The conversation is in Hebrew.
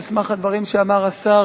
על סמך הדברים שאמר השר